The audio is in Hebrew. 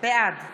בעד